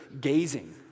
gazing